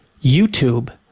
YouTube